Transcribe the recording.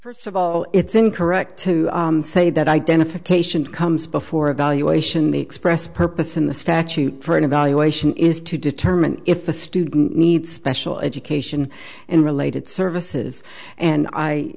first of all it's incorrect to say that identification comes before evaluation the express purpose in the statute for an evaluation is to determine if the student needs special education and related services and i